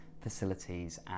facilities